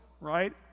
right